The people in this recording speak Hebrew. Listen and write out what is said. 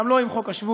גם לא עם חוק השבות.